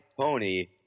Pony